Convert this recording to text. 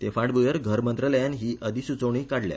ते फांटभुयेंर घर मंत्रालयान हि अधिसुचोवणी काडल्या